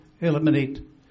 eliminate